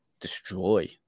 destroy